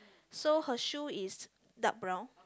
so her shoes is dark brown